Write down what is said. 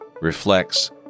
reflects